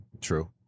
True